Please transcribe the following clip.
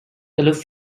aloof